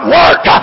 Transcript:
work